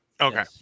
Okay